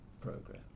program